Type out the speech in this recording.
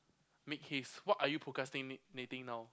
make haste what are you procrastinating now